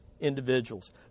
individuals